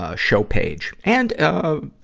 ah show page, and, ah,